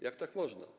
Jak tak można?